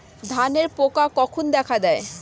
ধানের পোকা কখন দেখা দেয়?